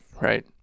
Right